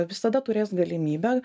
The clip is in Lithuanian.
visada turės galimybę